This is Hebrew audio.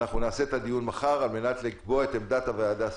נעשה את הדיון מחר על מנת לקבוע את עמדת הוועדה סופית.